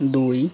ଦୁଇ